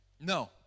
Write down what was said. No